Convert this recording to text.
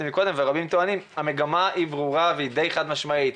קודם ועוד רבים טוענים שהמגמה ברורה ודי חד משמעית.